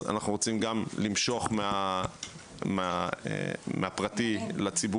אז אנחנו רוצים למשוך גם מהפרטי לציבורי,